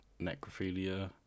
necrophilia